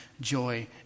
joy